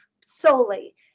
solely